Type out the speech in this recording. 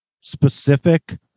specific